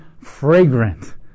fragrant